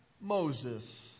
Moses